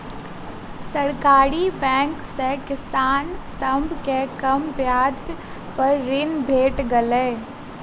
सरकारी बैंक सॅ किसान सभ के कम ब्याज पर ऋण भेट गेलै